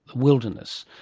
wilderness,